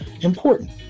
important